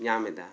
ᱧᱟᱢ ᱮᱫᱟ